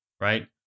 Right